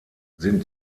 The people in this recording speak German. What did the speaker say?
sind